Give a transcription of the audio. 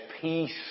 peace